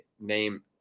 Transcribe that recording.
name